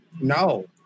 No